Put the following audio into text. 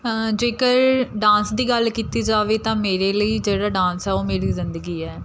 ਜੇਕਰ ਡਾਂਸ ਦੀ ਗੱਲ ਕੀਤੀ ਜਾਵੇ ਤਾਂ ਮੇਰੇ ਲਈ ਜਿਹੜਾ ਡਾਂਸ ਆ ਉਹ ਮੇਰੀ ਜ਼ਿੰਦਗੀ ਹੈ